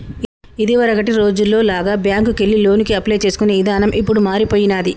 ఇదివరకటి రోజుల్లో లాగా బ్యేంకుకెళ్లి లోనుకి అప్లై చేసుకునే ఇదానం ఇప్పుడు మారిపొయ్యినాది